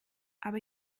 aber